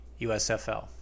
USFL